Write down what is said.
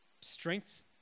strength